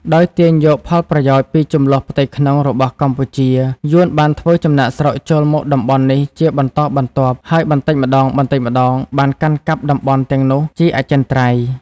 ដោយទាញយកផលប្រយោជន៍ពីជម្លោះផ្ទៃក្នុងរបស់កម្ពុជា យួនបានធ្វើចំណាកស្រុកចូលមកតំបន់នេះជាបន្តបន្ទាប់ ហើយបន្តិចម្តងៗបានកាន់កាប់តំបន់ទាំងនោះជាអចិន្ត្រៃយ៍។